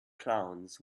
clowns